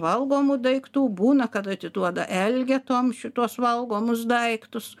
valgomų daiktų būna kad atiduoda elgetom šituos valgomus daiktus